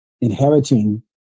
inheriting